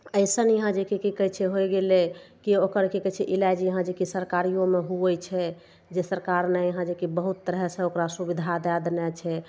अइसन यहाँ जेकि की कहय छै होइ गेलय केओ ओकर की कहय छै इलाज यहाँ जेकि सरकारियोमे हुवै छै जे सरकार जेकि बहुत तरहसँ ओकरा सुविधा दए देने छै